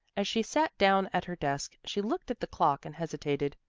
as she sat down at her desk she looked at the clock and hesitated.